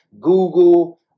Google